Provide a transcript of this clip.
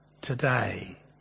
Today